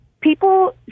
People